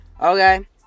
Okay